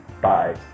Bye